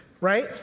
right